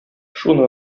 шуны